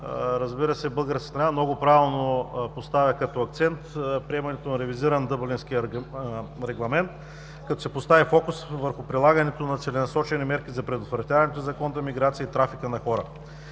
като българската страна много правилно поставя като акцент приемането на ревизиран Дъблински регламент, като се постави фокус върху прилагането на целенасочени мерки за предотвратяването на незаконната миграция и трафика на хора.